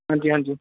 ਹਾਂਜੀ ਹਾਂਜੀ